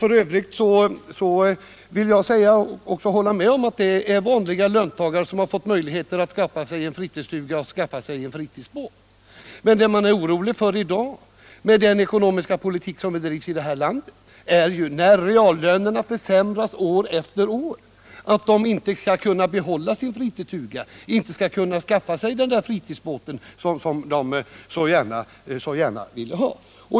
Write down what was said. För övrigt vill jag hålla med om att det är vanliga löntagare som fått möjlighet att skaffa sig en stuga och en fritidsbåt. Men det människor oroar sig för i dag - med den ekonomiska politik som bedrivs i vårt land, dir reallönerna försämras år efter år — är att de inte skall kunna behålla sin fritidsstuga, inte skall kunna skaffa sig den fritidsbåt som de så gärna vill ha.